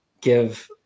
give